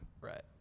Right